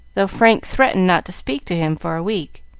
though frank threatened not to speak to him for a week.